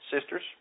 sisters